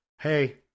hey